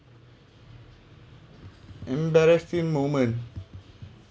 embarrassing moment